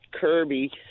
Kirby